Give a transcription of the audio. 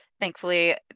thankfully